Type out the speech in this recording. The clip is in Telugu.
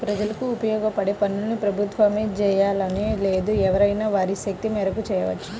ప్రజలకు ఉపయోగపడే పనుల్ని ప్రభుత్వమే జెయ్యాలని లేదు ఎవరైనా వారి శక్తి మేరకు చెయ్యొచ్చు